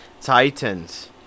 Titans